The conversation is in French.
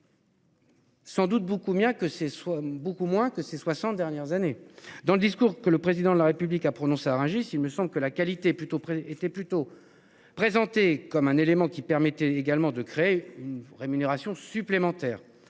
ce soit beaucoup moins que ces 60 dernières années dans le discours que le président de la République a prononcé à Rungis, il me semble que la qualité plutôt était plutôt présenté comme un élément qui permettait également de créer une rémunération supplémentaire.